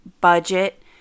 budget